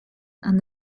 and